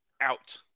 out